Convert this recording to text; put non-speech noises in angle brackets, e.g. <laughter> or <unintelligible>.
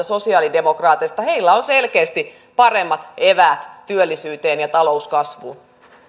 <unintelligible> sosiaalidemokraateista heillä on selkeästi paremmat eväät työllisyyteen ja talouskasvuun